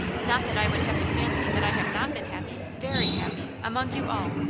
not that i would have you fancy that i have not been happy, very happy, among you all.